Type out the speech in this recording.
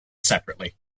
separately